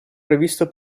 previsto